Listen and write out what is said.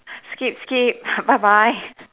skip skip ha bye bye